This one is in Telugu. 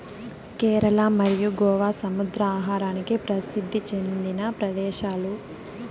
కేరళ మరియు గోవా సముద్ర ఆహారానికి ప్రసిద్ది చెందిన ప్రదేశాలు